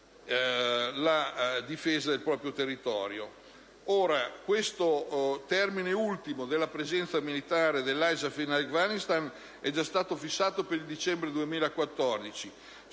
la difesa del proprio territorio.